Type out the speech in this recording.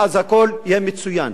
ואז הכול יהיה מצוין.